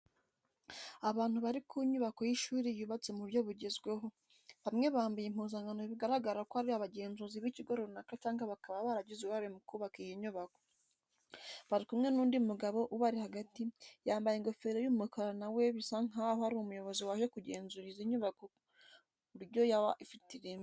Abantu bari ku nyubako y'ishuri yubatse mu buryo bugezweho. Bamwe bambaye impuzankano bigaragara ko ari abagenzuzi b'ikigo runaka cyangwa bakaba baragize uruhare mu kubaka iyi nyubako. Bari kumwe n'undi mugabo ubari hagati, yambaye ingofero y'umukara na we bisa nkaho ari umuyobozi waje kugenzura iyi nyubako ku buryo yaba ifite ireme.